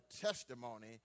testimony